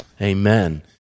amen